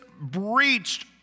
breached